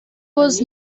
was